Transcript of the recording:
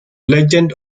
legend